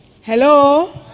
Hello